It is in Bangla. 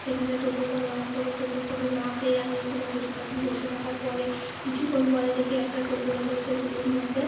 সেখানে টোটো কোনো রকম কোনো টোটো ফোটো না পেয়ে আমি ওখানে বসে থাকি বসে থাকার পরে কিছুক্ষণ পরে দেখি একটা টোটো এলো সেই টোটোর মধ্যে